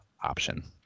option